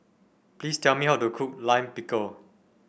please tell me how to cook Lime Pickle